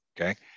Okay